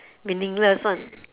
meaningless one